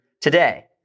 today